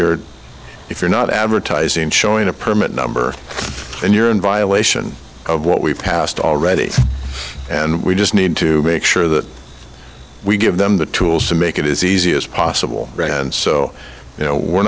you're if you're not advertising showing a permit number and you're in violation of what we've passed already and we just need to make sure that we give them the tools to make it is easy as possible and so you know we're